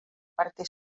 parte